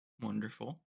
wonderful